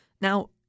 Now